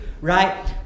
right